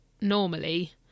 normally